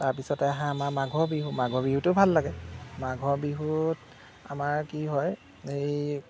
তাৰপিছতে আহে আমাৰ মাঘৰ বিহু মাঘৰ বিহুতো ভাল লাগে মাঘৰ বিহুত আমাৰ কি হয় এই